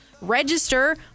register